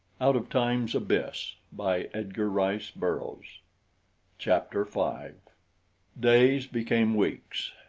out of time's abyss by edgar rice burroughs chapter five days became weeks,